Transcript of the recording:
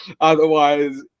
Otherwise